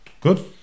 Good